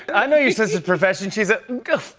i know your sister's profession. she's a